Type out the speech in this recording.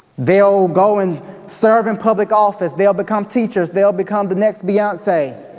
they'll go and serve in public office, they'll become teachers, they'll become the next beyonce.